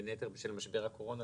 בין היתר בשל משבר הקורונה,